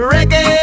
Reggae